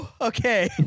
Okay